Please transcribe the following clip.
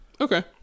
Okay